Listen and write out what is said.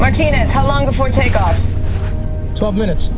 martinez how long before take our twelve minutes